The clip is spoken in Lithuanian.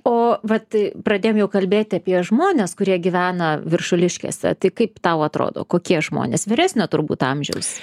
o vat pradėjom jau kalbėti apie žmones kurie gyvena viršuliškėse tai kaip tau atrodo kokie žmonės vyresnio turbūt amžiaus